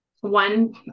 one